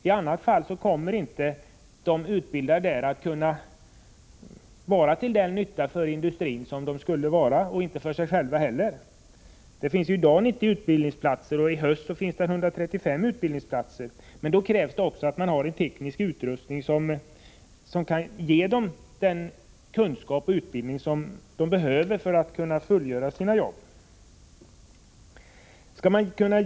I annat fall kommer de som utbildats där inte att kunna vara till den nytta för industrin eller för sig själva som de borde vara. Det finns i dag 90 utbildningsplatser och i höst 135, men det krävs också att man har teknisk utrustning som gör det möjligt att förmedla de kunskaper och färdigheter som behövs för att eleverna sedan skall kunna fullgöra sina jobb.